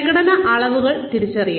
പ്രകടന അളവുകൾ തിരിച്ചറിയൽ